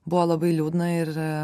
buvo labai liūdna ir